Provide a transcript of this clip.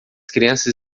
crianças